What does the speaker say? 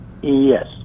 Yes